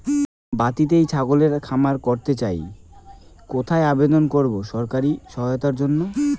বাতিতেই ছাগলের খামার করতে চাই কোথায় আবেদন করব সরকারি সহায়তার জন্য?